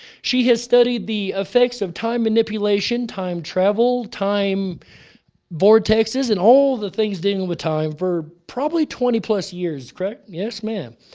she has studied the effects of time manipulation, time travel, time vortexes, and all the things dealing with time for probably twenty plus years, correct? yes ma'am.